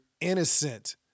innocent